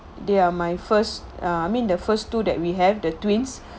they are my first ah I mean the first two that we have the twins